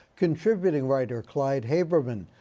contributing writer clyde haberman,